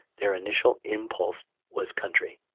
their initial impulse was country.